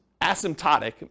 asymptotic